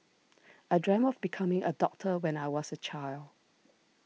I dreamt of becoming a doctor when I was a child